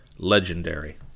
legendary